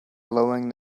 blowing